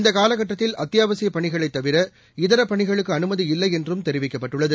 இந்த காலகட்டத்தில் அத்தியாவசியப் பணிகளைத் தவிர இதர பணிகளுக்கு அனுமதி இல்லை என்றும் தெரிவிக்கப்பட்டுள்ளது